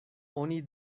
oni